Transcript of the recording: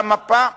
והמפה,